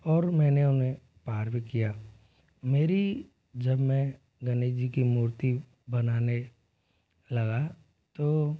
और मैंने उन्हें पार भी किया मेरी जब में गणेश जी की मूर्ति बनाने लगा तो